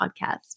podcast